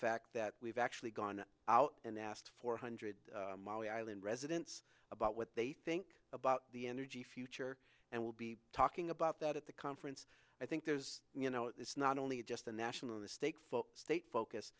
fact that we've actually gone out and asked four hundred mile island residents about what they think about the energy future and we'll be talking about that at the conference i think there's you know it's not only just the national in the state full state focus